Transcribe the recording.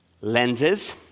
lenses